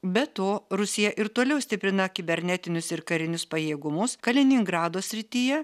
be to rusija ir toliau stiprina kibernetinius ir karinius pajėgumus kaliningrado srityje